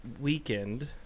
weekend